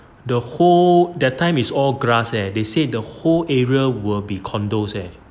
the whole that time is all grass eh they said the whole area will be condos eh